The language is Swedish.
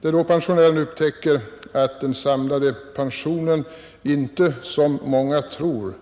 Det är då pensionären upptäcker att den samlade pensionen inte som många tror